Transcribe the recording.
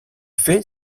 fait